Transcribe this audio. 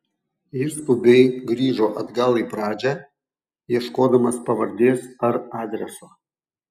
jis skubiai grįžo atgal į pradžią ieškodamas pavardės ar adreso